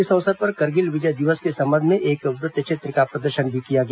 इस अवसर पर करगिल विजय दिवस के संबंध में एक वृत्त चित्र का प्रदर्शन भी किया गया